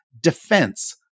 defense